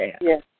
Yes